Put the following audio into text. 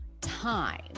time